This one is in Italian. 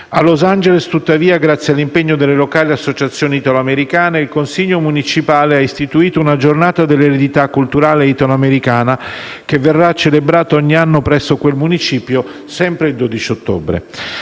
A Los Angeles, tuttavia, grazie all'impegno delle locali associazioni italoamericane, il Consiglio municipale ha istituito una Giornata dell'eredità culturale italoamericana, che verrà celebrata ogni anno presso quel Municipio, sempre il 12 ottobre.